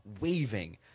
waving